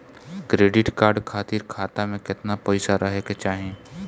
Credit card खातिर खाता में केतना पइसा रहे के चाही?